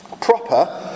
proper